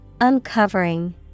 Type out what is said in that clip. Uncovering